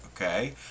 okay